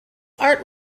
art